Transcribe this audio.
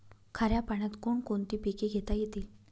खाऱ्या पाण्यात कोण कोणती पिके घेता येतील?